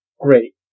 great